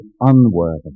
unworthy